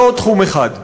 בעוד תחום אחד,